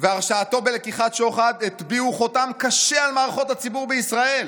והרשעתו בלקיחת שוחד הטביעו חותם קשה על מערכות הציבור בישראל.